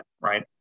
Right